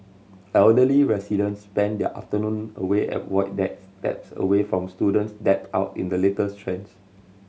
elderly residents spend their afternoon away at void decks steps away from students decked out in the latest trends